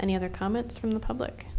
any other comments from the public